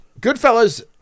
Goodfellas